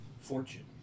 Fortune